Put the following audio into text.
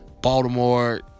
Baltimore